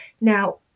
Now